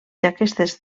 d’aquestes